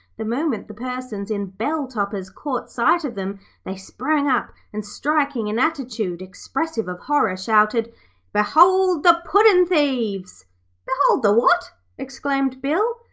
the moment the persons in bell-toppers caught sight of them they sprang up, and striking an attitude expressive of horror, shouted behold the puddin'-thieves behold the what exclaimed bill.